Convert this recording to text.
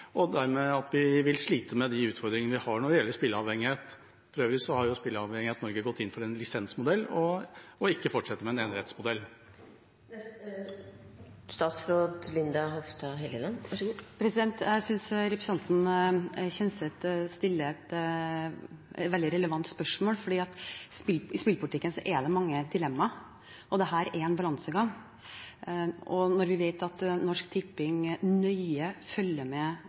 at vi dermed vil slite med de utfordringene vi har når det gjelder spilleavhengighet? For øvrig har Spillavhengighet Norge gått inn for en lisensmodell og å ikke fortsette med en enerettsmodell. Jeg synes representanten Kjenseth stiller et veldig relevant spørsmål, for i spillpolitikken er det mange dilemmaer, og dette er en balansegang. Vi vet at Norsk Tipping nøye følger med